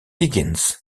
higgins